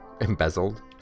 Embezzled